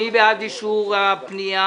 מי בעד אישור הבקשה?